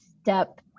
step